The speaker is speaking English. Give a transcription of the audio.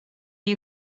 you